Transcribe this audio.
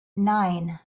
nine